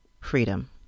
Freedom